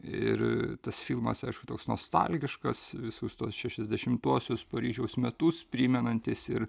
ir tas filmas aišku toks nostalgiškas visus tuos šešiasdešimtuosius paryžiaus metus primenantis ir